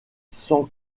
sans